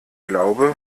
glaube